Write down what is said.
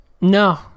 No